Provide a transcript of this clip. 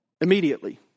immediately